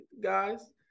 guys